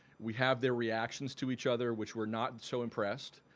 we have their reactions to each other which were not so impressed.